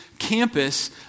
campus